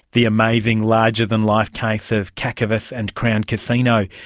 the amazing larger-than-life case of kakavas and crown casino.